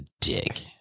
dick